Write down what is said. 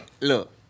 Look